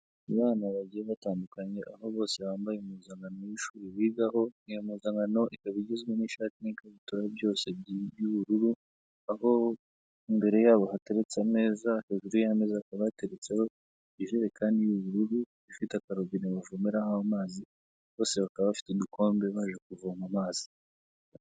Abana bagiye batandukanye, aho bose bambaye impuzankano y'ishuri bigaho, iyo mpuzankano ikaba igizwe n'ishati n'ikabutura byose by'ubururu, aho imbere yabo hateretse ameza, hejuru y'ameza hakaba hateretseho ijerekani y'ubururu, ifite akarobine bavomeraho amazi, bose bakaba bafite udukombe baje kuvoma amazi.